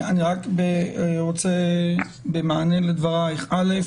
אני רוצה במענה לדבריך לומר שראשית,